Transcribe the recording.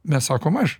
mes sakome aš